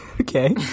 Okay